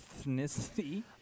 Ethnicity